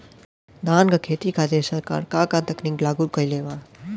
धान क खेती खातिर सरकार का का तकनीक लागू कईले बा?